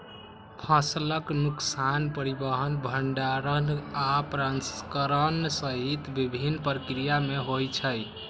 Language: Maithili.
फसलक नुकसान परिवहन, भंंडारण आ प्रसंस्करण सहित विभिन्न प्रक्रिया मे होइ छै